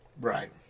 Right